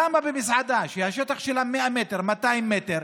למה במסעדה שהשטח שלה הוא 100 מטר, 200 מטר,